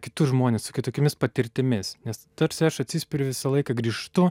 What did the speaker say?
kitus žmones su kitokiomis patirtimis nes tarsi aš atsispiriu visą laiką grįžtu